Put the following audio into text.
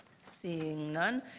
seeing none,